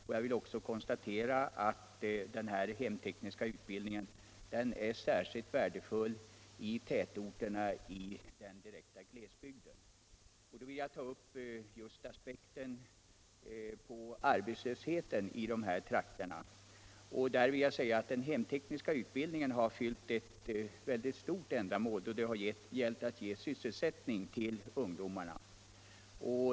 Även jag vill konstatera att den hemtekniska utbildningen är särskilt värdefull i tätorterna i den direkta glesbygden. Jag vill ta upp just aspekten på arbetslösheten i de här trakterna. Den hemtekniska utbildningen har fyllt ett mycket viktigt ändamål när det gällt att ge sysselsättning till ungdomarna.